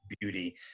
beauty